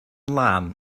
lân